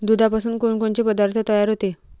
दुधापासून कोनकोनचे पदार्थ तयार होते?